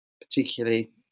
particularly